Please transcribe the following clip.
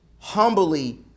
Humbly